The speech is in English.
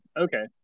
Okay